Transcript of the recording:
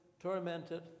tormented